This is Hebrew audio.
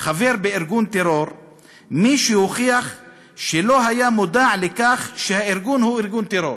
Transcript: חבר בארגון טרור מי שהוכיח שלא היה מודע לכך שהארגון הוא ארגון טרור".